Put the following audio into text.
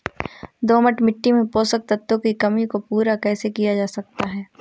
दोमट मिट्टी में पोषक तत्वों की कमी को पूरा कैसे किया जा सकता है?